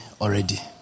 already